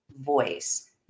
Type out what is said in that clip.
voice